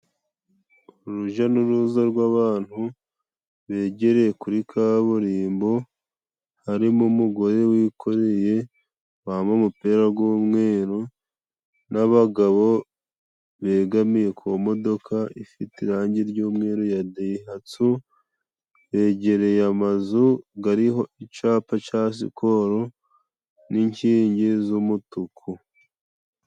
Uruja n'uruza rw'abantu begereye kuri kaburimbo, harimo umugore wikoreye wambaye umupira g'umweru n'abagabo begamiye ku modoka ifite irangi ry'umweru ya dayihatsu, yegereye amazu gariho icapa ca sikoro n'inkingi z'umutuku.